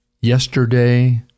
Yesterday